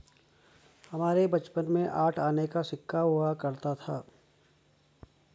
हमारे बचपन में आठ आने का सिक्का हुआ करता था